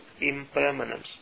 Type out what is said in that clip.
impermanence